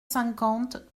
cinquante